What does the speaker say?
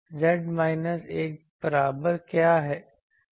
Z minus 1 के बराबर क्या है